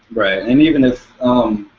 right and um even if um,